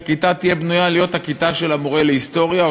שכיתה תהיה בנויה להיות הכיתה של המורה להיסטוריה,